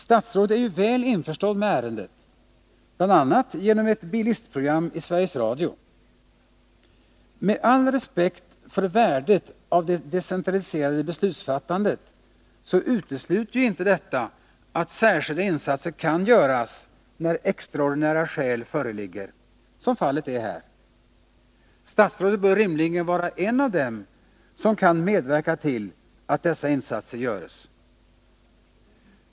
Statsrådet är ju väl införstådd med ärendet, bl.a. genom ett bilistprogram i Sveriges Radio. Med all respekt för värdet av det decentraliserade beslutsfattandet, utesluter ju inte detta att särskilda insatser kan göras när extraordinära skäl föreligger, som fallet är här. Statsrådet bör rimligen vara en av dem som kan medverka till att dessa insatser görs.